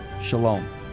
Shalom